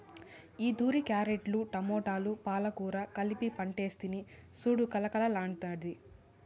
ఈతూరి క్యారెట్లు, టమోటాలు, పాలకూర కలిపి పంటేస్తిని సూడు కలకల్లాడ్తాండాది